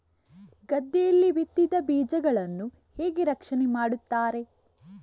ಗದ್ದೆಯಲ್ಲಿ ಬಿತ್ತಿದ ಬೀಜಗಳನ್ನು ಹೇಗೆ ರಕ್ಷಣೆ ಮಾಡುತ್ತಾರೆ?